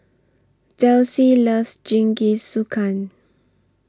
Delsie loves Jingisukan